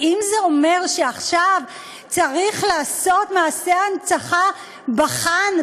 האם זה אומר שעכשיו צריך לעשות מעשה הנצחה ב"חאן",